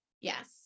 Yes